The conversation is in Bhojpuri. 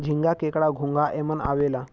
झींगा, केकड़ा, घोंगा एमन आवेला